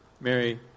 Mary